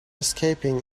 escaping